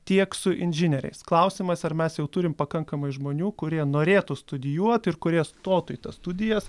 tiek su inžinieriais klausimas ar mes jau turim pakankamai žmonių kurie norėtų studijuot ir kurie stotų į tas studijas